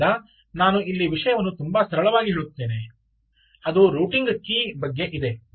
ಆದ್ದರಿಂದ ನಾನು ಇಲ್ಲಿ ವಿಷಯವನ್ನು ತುಂಬಾ ಸರಳವಾಗಿ ಹೇಳುತ್ತೇನೆ ಅದು ರೂಟಿಂಗ್ ಕೀ ಬಗ್ಗೆ ಇದೆ